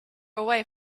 away